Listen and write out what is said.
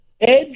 edge